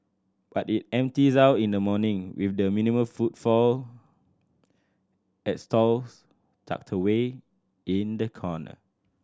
but it empties out in the morning with the minimal footfall at stalls tucked away in the corner